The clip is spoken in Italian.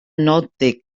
notte